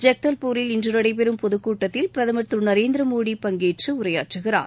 ஜெக்தல்பூரில் இன்று நடைபெறும் பொதுக் கூட்டத்தில் பிரதமர் திரு நரேந்திர மோடி பங்கேற்று உரையாற்றுகிறார்